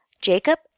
Jacob